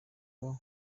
ngo